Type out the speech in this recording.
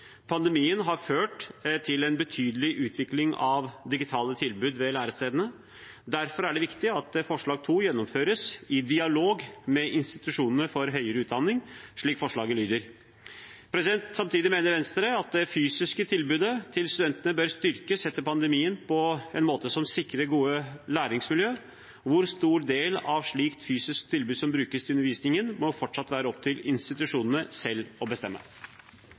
Pandemien har ført til en betydelig utvikling av digitale tilbud ved lærestedene. Derfor er det viktig at forslag 2 gjennomføres i dialog med institusjonene for høyere utdanning, slik forslaget lyder. Samtidig mener Venstre at det fysiske tilbudet til studentene bør styrkes etter pandemien på en måte som sikrer gode læringsmiljø. Hvor stor del av et slikt fysisk tilbud som brukes til undervisning, må fortsatt være opp til institusjonene selv å bestemme.